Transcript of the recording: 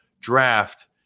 Draft